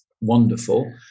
wonderful